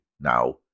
now